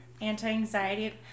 anti-anxiety